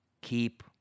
keep